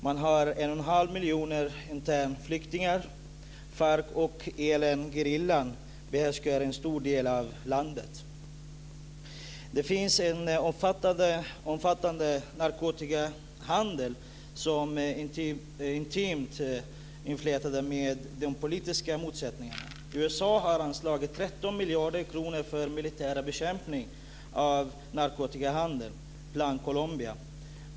Man har en och en halv miljon internflyktingar. FARC och ELN-gerillan behärskar en stor del av landet. Det finns en omfattande narkotikahandel som är intimt inflätad i de politiska motsättningarna. USA har anslagit 13 miljarder kronor till militär bekämpning av narkotikahandeln, Plan Colombia.